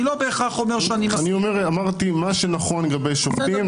אני לא בהכרח אומר שאני מסכים --- אמרתי מה שנכון לגבי שופטים,